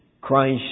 Christ